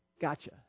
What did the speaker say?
gotcha